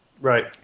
Right